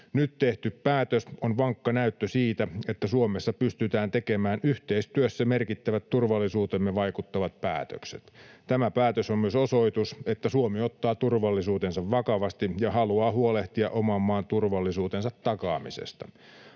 Nyt tehty päätös on vankka näyttö siitä, että Suomessa pystytään tekemään yhteistyössä merkittävät turvallisuuteemme vaikuttavat päätökset. Tämä päätös on myös osoitus siitä, että Suomi ottaa turvallisuutensa vakavasti ja haluaa huolehtia oman maan turvallisuutensa takaamisesta.